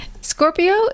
Scorpio